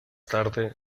tarde